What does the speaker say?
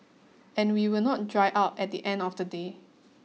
and we will not dry out at the end of the day